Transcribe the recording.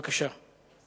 בנושא ציון היום הבין-לאומי